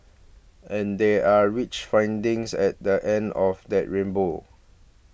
and there are rich findings at the end of that rainbow